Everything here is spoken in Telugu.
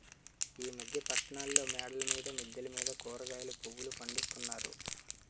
ఈ మధ్య పట్టణాల్లో మేడల మీద మిద్దెల మీద కూరగాయలు పువ్వులు పండిస్తున్నారు